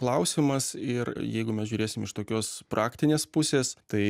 klausimas ir jeigu mes žiūrėsim iš tokios praktinės pusės tai